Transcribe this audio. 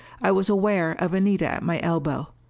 i was aware of anita at my elbow.